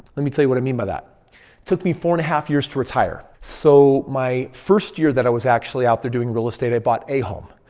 let me tell you what i mean by that. it took me four and a half years to retire. so my first year that i was actually out there doing real estate i bought a home.